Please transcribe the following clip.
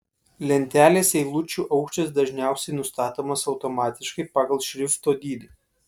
lentelės eilučių aukštis dažniausiai nustatomas automatiškai pagal šrifto dydį